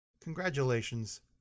congratulations